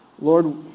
Lord